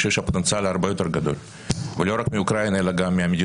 אבל אני חושב שהפוטנציאל הוא הרבה יותר גדול,